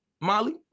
molly